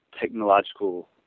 technological